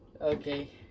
Okay